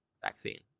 vaccine